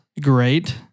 great